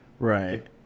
Right